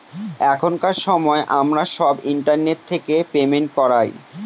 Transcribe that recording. এখনকার সময় আমরা সব ইন্টারনেট থেকে পেমেন্ট করায়